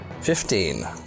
Fifteen